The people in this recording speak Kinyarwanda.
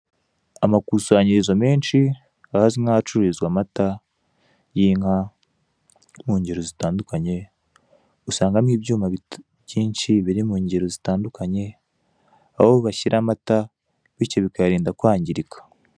Amakusanyirizo menshi ahazwi nk'ahacururizwa amata y'inka mungero zitandukanye, usangamo ibyuma byinshi biri mungero zitandukanye, aho bashyira amata bityo bikayarinda kwangirika.